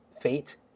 fate